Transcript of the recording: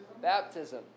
Baptism